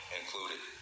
included